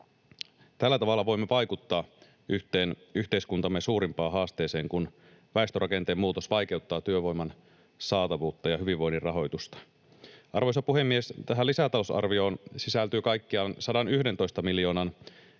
Tällä tavalla voimme vaikuttaa yhteen yhteiskuntamme suurimpaan haasteeseen, kun väestörakenteen muutos vaikeuttaa työvoiman saatavuutta ja hyvinvoinnin rahoitusta. Arvoisa puhemies! Tähän lisätalousarvioon sisältyy kaikkiaan 111 miljoonan